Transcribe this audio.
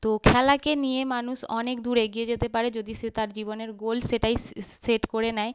তো খেলাকে নিয়ে মানুষ অনেক দূর এগিয়ে যেতে পারে যদি সে তার জীবনের গোল সেটাই সেট করে নেয়